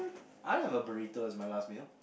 I'll have a burrito as my last meal